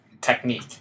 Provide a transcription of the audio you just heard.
technique